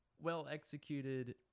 well-executed